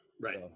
Right